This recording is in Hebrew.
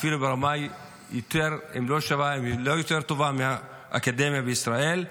לא יותר טובה מהאקדמיה בישראל,